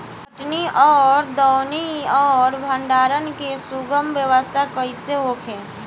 कटनी और दौनी और भंडारण के सुगम व्यवस्था कईसे होखे?